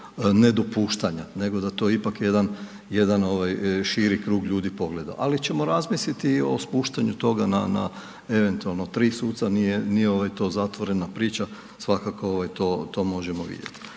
nego da to ipak jedan širi krug ljudi pogleda ali ćemo razmisliti i o spuštanju toga na eventualno 3 suca, nije to zatvorena priča, svakako to možemo vidjeti.